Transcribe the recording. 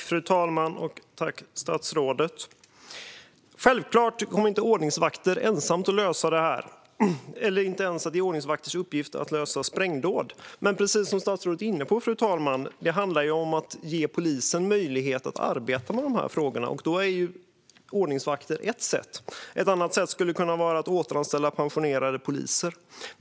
Fru talman! Tack, statsrådet! Självklart kommer inte enbart ordningsvakter att lösa detta - det är inte heller ordningsvakters uppgift att lösa problemet med sprängdåd. Men, fru talman, precis som statsrådet är inne på handlar det om att ge polisen möjlighet att arbeta med dessa frågor, och då är ordningsvakter ett sätt. Ett annat sätt skulle kunna vara att återanställa pensionerade poliser.